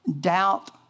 Doubt